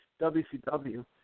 WCW